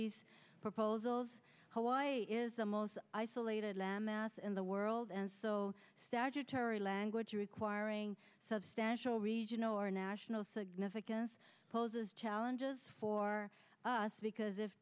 these proposals how it is the most isolated land mass in the world and so statutory language requiring substantial regional or national significance poses challenges for us because if